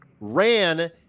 ran –